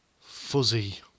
fuzzy